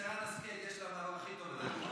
לשרן השכל יש את הדבר הכי טוב.